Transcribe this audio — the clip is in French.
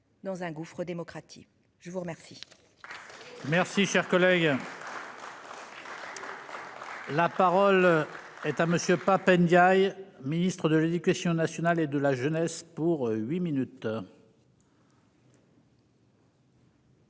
dans un gouffre démocratique. Je vous remercie.